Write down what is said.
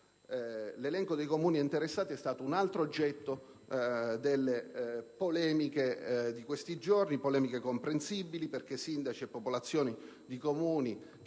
L'elenco dei Comuni interessati è stato un altro oggetto delle polemiche di questi giorni, polemiche comprensibili, perché sindaci e popolazioni di Comuni